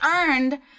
earned